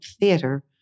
theater